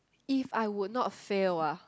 if I would not fail ah